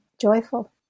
joyful